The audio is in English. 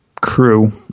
crew